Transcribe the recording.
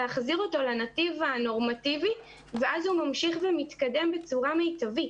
להחזיר אותו לנתיב הנורמטיבי ואז הוא ממשיך ומתקדם בצורה מיטבית.